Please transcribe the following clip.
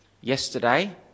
yesterday